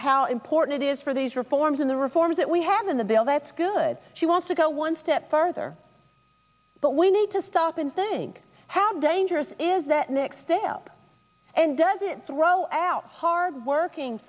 how important it is for these reforms in the reforms that we have in the bill that's good she wants to go one step further but we need to stop and think how dangerous is that mixtape and doesn't throw out hardworking